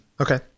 Okay